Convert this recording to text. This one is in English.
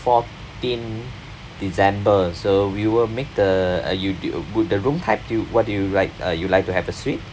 fourteenth december so we will make the uh you do would the room type do you what do you would like uh you would like to have the suite